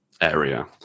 area